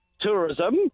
tourism